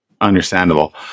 Understandable